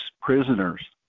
prisoners